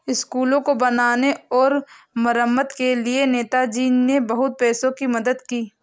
स्कूलों को बनाने और मरम्मत के लिए नेताजी ने बहुत पैसों की मदद की है